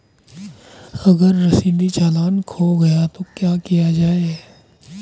अगर रसीदी चालान खो गया तो क्या किया जाए?